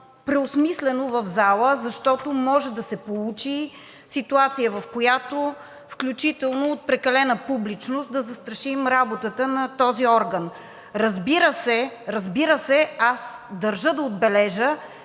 преосмислено в залата, защото може да се получи ситуация, в която – включително от прекалена публичност, да застрашим работата на този орган. Разбира се, аз държа да отбележа,